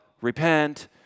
repent